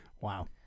Wow